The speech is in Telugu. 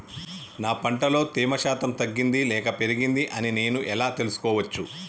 నా పంట లో తేమ శాతం తగ్గింది లేక పెరిగింది అని నేను ఎలా తెలుసుకోవచ్చు?